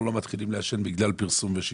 לא מתחילים לעשן בגלל פרסום ושיווק.